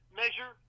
measure